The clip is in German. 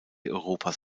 europas